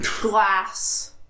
Glass